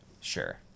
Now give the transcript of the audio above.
Sure